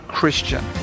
Christian